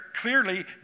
clearly